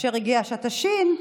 כאשר הגיעה שעת השין,